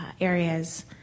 areas